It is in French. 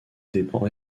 dépend